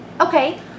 Okay